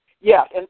Yes